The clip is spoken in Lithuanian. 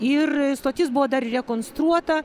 ir stotis buvo dar rekonstruota